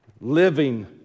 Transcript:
living